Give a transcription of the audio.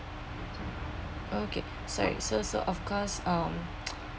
okay so so so of course um